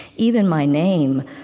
even my name,